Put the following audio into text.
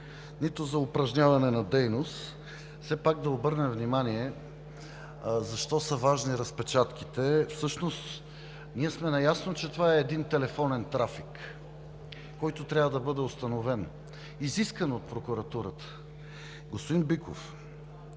нито за упражняване на дейност все пак да обърнем внимание защо са важни разпечатките. Ние всъщност сме наясно, че това е един телефонен трафик, който трябва да бъде установен, изискан от прокуратурата.